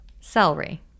Celery